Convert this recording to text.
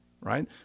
right